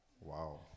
Wow